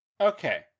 Okay